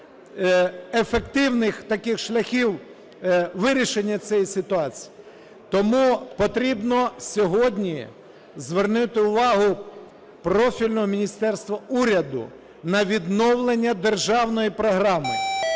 ефективних таких шляхів вирішення цієї ситуації. Тому потрібно сьогодні звернути увагу профільного міністерства, уряду на відновлення державної програми.